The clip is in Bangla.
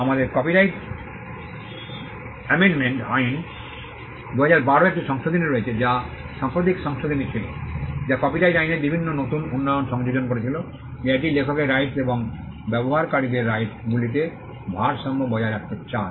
আমাদের কপিরাইট এমেন্ডমেন্ট আইন 2012 এ একটি সংশোধনী রয়েছে যা সাম্প্রতিক সংশোধনী ছিল যা কপিরাইট আইনে বিভিন্ন নতুন উন্নয়ন সংযোজন করেছিল যা এটি লেখকের রাইটস এবং ব্যবহারকারীদের রাইটস গুলিতে ভারসাম্য বজায় রাখতে চায়